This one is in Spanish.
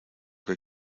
que